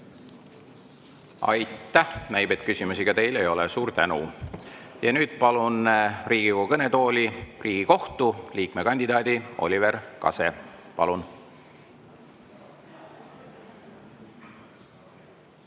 Aitäh! Näib, et küsimusi teile ei ole. Suur tänu! Ja nüüd palun Riigikogu kõnetooli Riigikohtu liikme kandidaadi Oliver Kase. Palun!